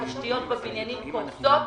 התשתיות בבניינים קורסות,